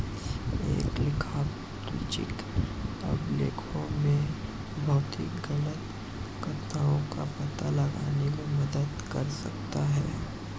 एक लेखापरीक्षक अभिलेखों में भौतिक गलत कथनों का पता लगाने में मदद कर सकता है